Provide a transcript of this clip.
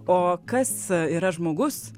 o kas yra žmogus